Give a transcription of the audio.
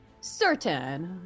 certain